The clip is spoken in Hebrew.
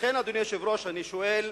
לכן, אדוני היושב-ראש, אני שואל,